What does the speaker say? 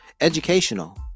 educational